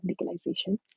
legalization